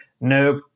nope